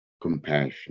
Compassion